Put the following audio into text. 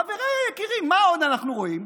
חבריי היקרים, מה עוד אנחנו רואים?